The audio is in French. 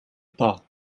pas